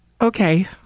okay